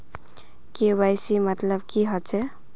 KYC मतलब की होचए?